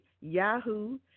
Yahoo